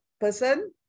person